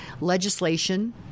legislation